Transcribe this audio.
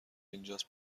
اینجاست